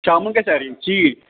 شامَن گژھِ اَرینج ژیٖرۍ